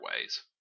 ways